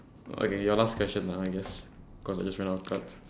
okay your last question ah I guess cause I just ran out of cards